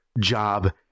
job